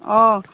অঁ